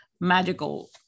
magical